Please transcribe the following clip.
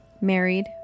married